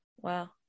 Wow